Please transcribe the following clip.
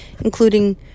including